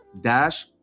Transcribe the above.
dash